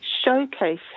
showcase